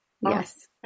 Yes